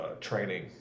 training